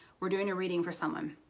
were doing a reading for someone.